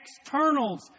externals